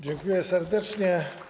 Dziękuję serdecznie.